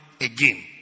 again